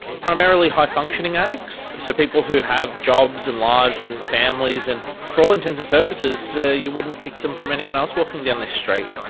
primarily high functioning addicts, so people who have jobs and lives and families. and for all intents and purposes so you wouldn't pick them from anyone else walking down this street.